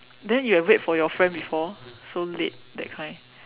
then you have wait for your friend before so late that kind